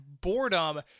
boredom